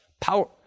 Power